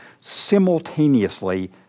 simultaneously